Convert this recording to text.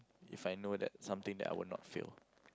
if I know that something that I would not fail